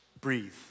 Breathe